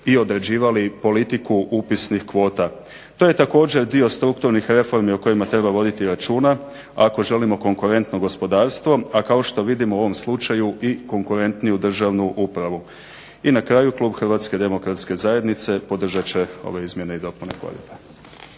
i određivali politiku upisnih kvota. To je također dio strukturnih reformi o kojima treba voditi računa ako želimo konkurentno gospodarstvo, a kao što vidimo u ovom slučaju konkurentniju državnu upravu. I na kraju Klub Hrvatske demokratske zajednice podržat će ove izmjene i dopune.